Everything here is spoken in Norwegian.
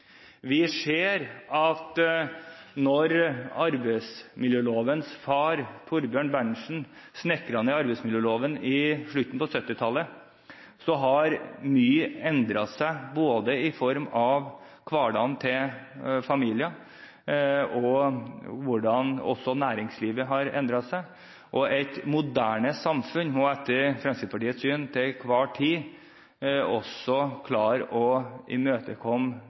Vi ser at siden arbeidsmiljølovens far, Thorbjørn Berntsen, snekret arbeidsmiljøloven på slutten av 1970-tallet, har mye endret seg, både hverdagen til familier og næringslivet har endret seg. Et moderne samfunn må etter Fremskrittspartiets syn til enhver tid også klare å imøtekomme de utfordringene som det fører med seg inn i et arbeidsliv. Hvis vi ønsker et mer inkluderende arbeidsliv og